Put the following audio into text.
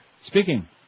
Speaking